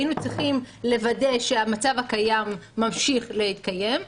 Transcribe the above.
היינו צריכים לוודא שהמצב הקיים ממשיך להתקיים.